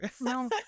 No